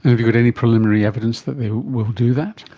you got any preliminary evidence that they will do that?